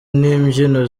n’imbyino